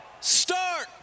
start